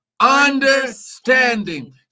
understanding